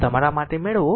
તમારા માટે મેળવો